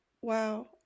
Wow